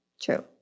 True